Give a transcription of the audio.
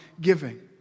giving